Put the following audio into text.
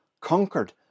conquered